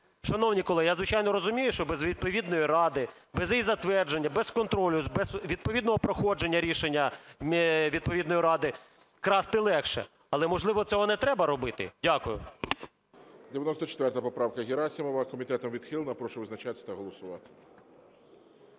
Шановні колеги, я, звичайно, розумію, що без відповідної ради, без її затвердження, без контролю, без відповідного проходження рішення відповідної ради красти легше. Але, можливо, цього не треба робити? Дякую. ГОЛОВУЮЧИЙ. 94 поправка Герасимова. Комітетом відхилена. Прошу визначатись та голосувати.